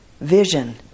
vision